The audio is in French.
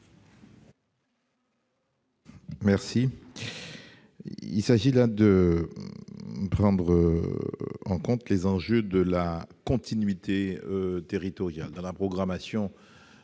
Lurel. Il s'agit de prendre en compte les enjeux de la continuité territoriale dans la programmation des